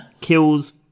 kills